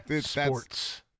sports